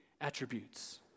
attributes